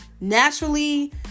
naturally